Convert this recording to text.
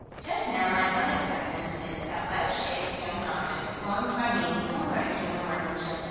just now, my own acceptance is that wedge-shaped stone objects, formed by means similar to human workmanship,